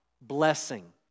blessing